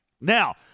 now